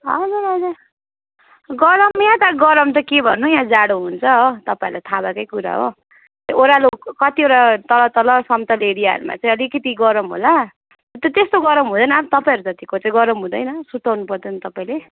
हजुर हजुर गरम यहाँ त गरम त के भन्नु यहाँ जाडो हुन्छ हो तपाईँलाई थाहा भएकै कुरा हो त्यो ओरालो कतिवडा तल तल समतल एरियाहरूमा चाहिँ अलिकति गरम होला त त्यस्तो गरम हुँदैन अब तपाईँहरू जत्तिको चाहिँ गरम हुँदैन सुर्ताउनु पर्दैन तपाईँले